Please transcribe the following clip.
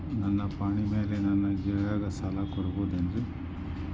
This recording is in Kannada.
ನನ್ನ ಪಾಣಿಮ್ಯಾಲೆ ನನ್ನ ಗೆಳೆಯಗ ಸಾಲ ಕೊಡಬಹುದೇನ್ರೇ?